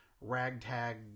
ragtag